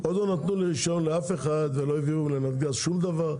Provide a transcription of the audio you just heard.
עוד לא נתנו רישיון לאף אחד ולא העבירו לנתג"ז שום דבר,